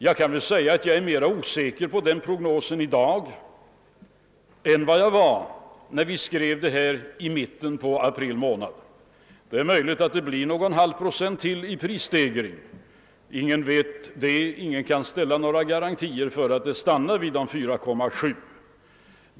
Jag kan väl säga att jag är mera osäker beträffande den prognosen i dag än jag var när vi skrev detta i mitten av april. Det är möjligt att prisstegringarna blir ungefär en halv procent högre. Ingen vet hur det blir och ingen kan ställa några garantier för att stegringen stannar vid 4,7 procent.